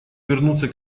вернуться